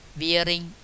Wearing